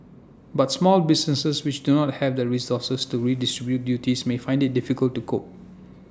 but small businesses which do not have the resources to redistribute duties may find IT difficult to cope